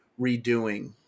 redoing